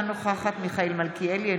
אינה נוכחת מיכאל מלכיאלי,